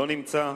לא נמצא.